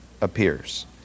appears